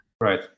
Right